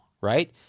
right